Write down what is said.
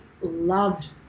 loved